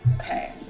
okay